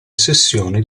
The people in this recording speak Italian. sessioni